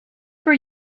for